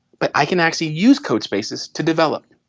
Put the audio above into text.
but i can actually use codespaces to develop.